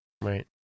Right